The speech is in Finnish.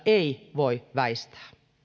ei voi väistää